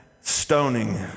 stoning